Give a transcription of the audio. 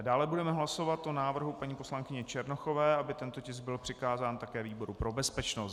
Dále budeme hlasovat o návrhu paní poslankyně Černochové, aby tento tisk byl přikázán také výboru pro bezpečnost.